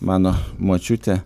mano močiutė